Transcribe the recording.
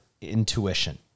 intuition